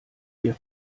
wir